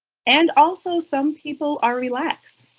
and also some people are relaxed.